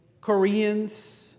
Koreans